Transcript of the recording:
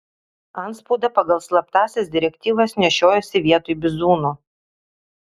antspaudą pagal slaptąsias direktyvas nešiojosi vietoj bizūno